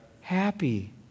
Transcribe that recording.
happy